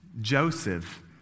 Joseph